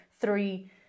three